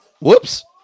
Whoops